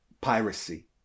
piracy